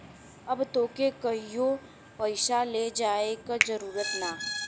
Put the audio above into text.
अब तोके कहींओ पइसवा ले जाए की जरूरत ना